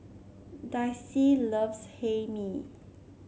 Dicy loves Hae Mee